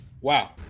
wow